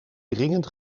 dringend